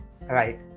Right